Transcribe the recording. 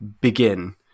begin